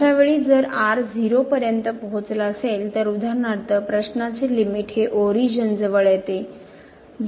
अशावेळी जर 0 पर्यंत पोचला असेल तर उदाहरणार्थ प्रश्नाची लिमिट हे ओरिजिन जवळ येते